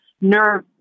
nerve